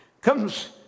comes